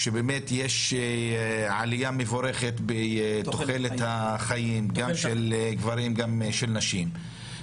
אז נכון שיש עלייה מבורכת בתוחלת החיים גם של גברים וגם של נשים,